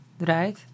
right